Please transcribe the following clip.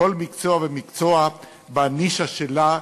כל מקצוע ומקצוע בנישה שלו.